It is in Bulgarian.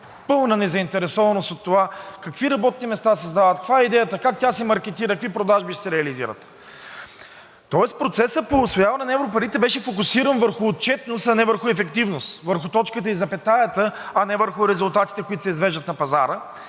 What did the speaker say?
пълна незаинтересованост от това какви работни места създава това, идеята как тя се маркетира, какви продажби ще се реализират. Тоест процесът по усвояването на европарите беше фокусиран върху отчетност, а не върху ефективност, върху точката и запетаята, а не върху резултатите, които се извеждат на пазара